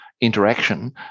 interaction